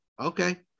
Okay